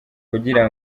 kugira